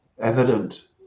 evident